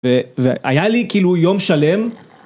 ‫והיה לי כאילו יום שלם.